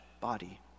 body